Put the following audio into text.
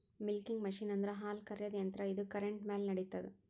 milking machine ಅಂದ್ರ ಹಾಲ್ ಕರ್ಯಾದ್ ಯಂತ್ರ ಇದು ಕರೆಂಟ್ ಮ್ಯಾಲ್ ನಡಿತದ್